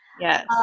Yes